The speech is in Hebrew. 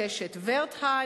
"קשת" ורטהיים,